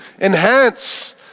enhance